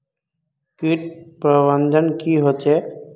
किट प्रबन्धन की होचे?